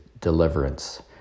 deliverance